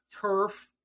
turf